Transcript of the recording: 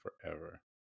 forever